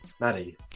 Maddie